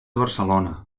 barcelona